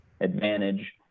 advantage